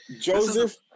Joseph